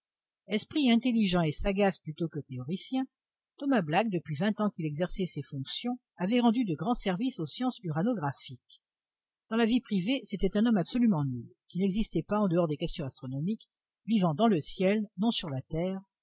esprit intelligent et sagace plutôt que théoricien thomas black depuis vingt ans qu'il exerçait ses fonctions avait rendu de grands services aux sciences uranographiques dans la vie privée c'était un homme absolument nul qui n'existait pas en dehors des questions astronomiques vivant dans le ciel non sur la terre